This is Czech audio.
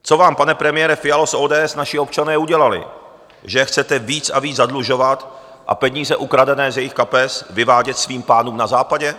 Co vám, pane premiére Fialo z ODS, naši občané udělali, že je chcete víc a víc zadlužovat a peníze ukradené z jejich kapes vyvádět svým pánům na Západě?